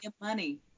money